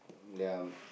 ya